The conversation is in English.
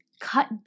cut